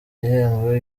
gihembo